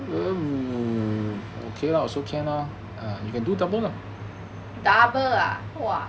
double ah !wah!